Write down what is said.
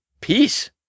peace